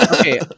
Okay